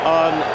on